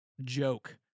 Joke